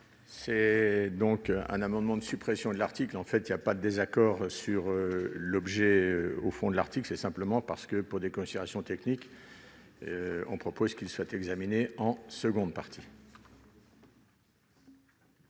C'est un amendement de suppression de l'article. En fait, il n'y a pas de désaccord sur le fond de l'article, mais, pour des considérations techniques, nous proposons qu'il soit examiné en seconde partie.